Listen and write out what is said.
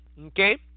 okay